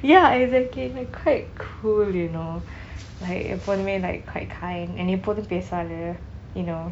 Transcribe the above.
ya exactly like quite cool you know like the old man like quite kind and எப்போதும் பேசுவாரு:eppothum pesuvaru you know